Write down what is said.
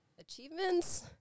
achievements